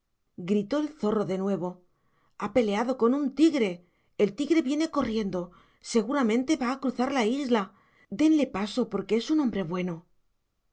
gritó el zorro de nuevo ha peleado con un tigre el tigre viene corriendo seguramente va a cruzar a la isla denle paso porque es un hombre bueno